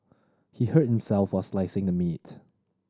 he hurt himself while slicing the meat